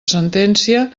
sentència